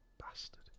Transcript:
Bastard